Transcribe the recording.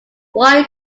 wire